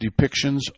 depictions